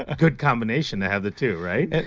ah good combination to have the too, right?